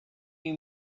you